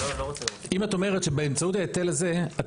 אם את אומרת שבאמצאות ההיטל הזה את